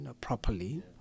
properly